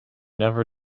never